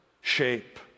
shape